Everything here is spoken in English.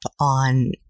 on